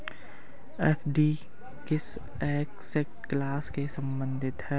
FD किस asset class से संबंधित है?